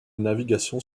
navigation